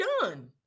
done